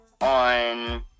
on